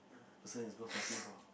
person is worth fighting for